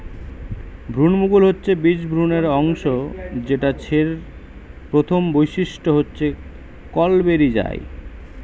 ভ্রূণমুকুল হচ্ছে বীজ ভ্রূণের অংশ যেটা ছের প্রথম বৈশিষ্ট্য হচ্ছে কল বেরি যায়